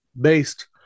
based